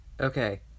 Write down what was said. okay